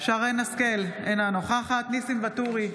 שרן מרים השכל, אינה נוכחת ניסים ואטורי,